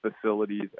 facilities